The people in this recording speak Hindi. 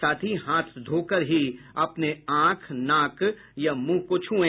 साथ ही हाथ धोकर ही अपने आंख नाक या मुंह को छुए